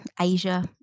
Asia